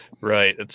Right